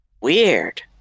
weird